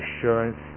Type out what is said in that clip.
assurance